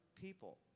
people